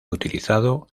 utilizado